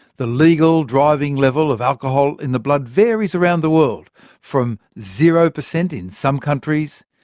the legal driving level of alcohol in the blood varies around the world from zero per cent in some countries,